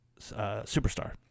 superstar